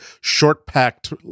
short-packed